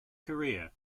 career